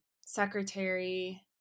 Secretary